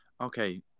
Okay